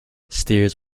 steers